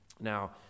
Now